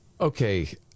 Okay